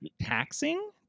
taxing